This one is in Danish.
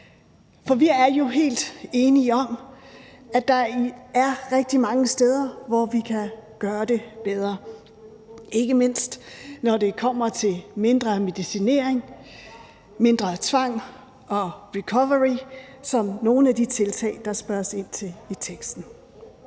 For vi er jo helt enige om, at der er rigtig mange steder, hvor vi kan gøre det bedre, ikke mindst når det kommer til mindre medicinering, mindre tvang og recovery, som er nogle af de tiltag, der spørges ind til i teksten.